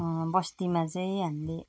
बस्तीमा चाहिँ हामीले